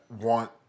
want